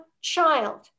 child